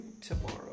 tomorrow